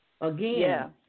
again